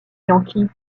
yankees